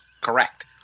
correct